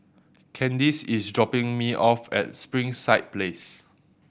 Candyce is dropping me off at Springside Place